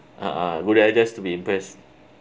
uh !huh! go there just to be impressed